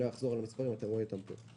לא אחזור על המספרים, אתם רואים אותם פה.